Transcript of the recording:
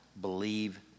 believe